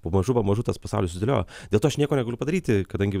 pamažu pamažu tas pasaulis susidėliojo dėl to aš nieko negaliu padaryti kadangi